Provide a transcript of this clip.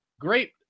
Great